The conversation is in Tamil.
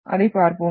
அதைப் பார்ப்போம்